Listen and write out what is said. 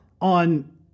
on